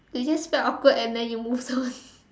you just felt awkward and then you move those